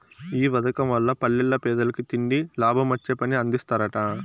ఈ పదకం వల్ల పల్లెల్ల పేదలకి తిండి, లాభమొచ్చే పని అందిస్తరట